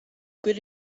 could